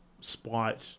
spite